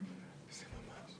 דיבורים.